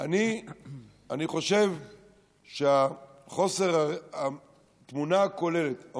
אני חושב שחוסר התמונה הכוללת,